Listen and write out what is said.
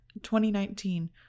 2019